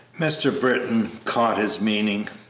mr. britton caught his meaning.